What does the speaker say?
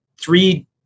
three